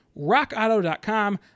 rockauto.com